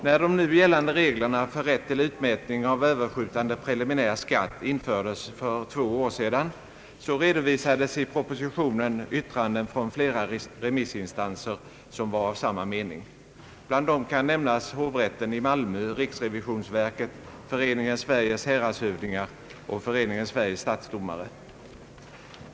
När de nu gällande reglerna för rätt till utmätning av överskjutande preliminär skatt infördes för två år sedan, redovisades i propositionen yttranden från flera remissinstanser som var av samma mening. Bland dessa remissinstanser kan nämnas hovrätten i Malmö, riksrevisionsverket, Föreningen Sveriges häradshövdingar och Föreningen Sveriges stadsdomare.